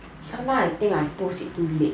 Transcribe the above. now I think I post too late